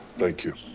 thank you.